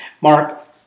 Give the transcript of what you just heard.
Mark